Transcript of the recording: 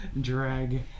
drag